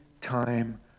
time